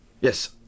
Yes